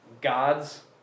God's